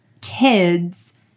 kids